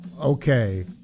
Okay